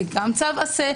גם צו עשה.